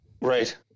Right